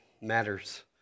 matters